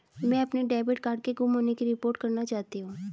मैं अपने debit card के गुम होने की रिपोर्ट करना चाहती हूँ